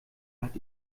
hat